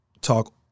Talk